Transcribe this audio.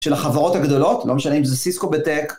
של החברות הגדולות, לא משנה אם זה Cisco בטק.